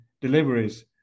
deliveries